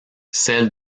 celle